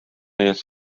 ees